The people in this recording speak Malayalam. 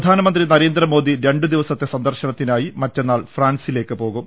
പ്രധാനമന്ത്രി നരേന്ദ്രമോദി രണ്ടുദിവസ്പത്തെ സ്ന്ദർശനത്തി നായി മറ്റന്നാൾ ഫ്രാൻസിലേക്ക് പ്പോകും